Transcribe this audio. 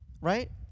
right